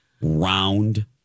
round